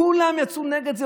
כולם יצאו נגד זה,